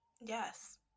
yes